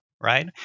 right